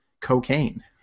cocaine